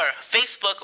Facebook